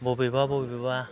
बबेबा बबेबा